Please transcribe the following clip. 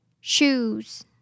Shoes